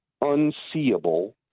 unseeable